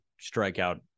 strikeout